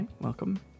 Welcome